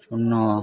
শূন্য